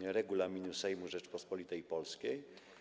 Regulaminu Sejmu Rzeczypospolitej Polskiej.